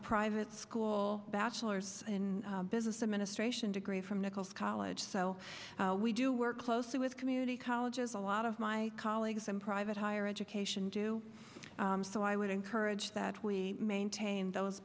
private school bachelor's in business administration degree from nicholls college so we do work closely with community colleges a lot of my colleagues in private higher education do so i would encourage that we maintain those